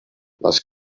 les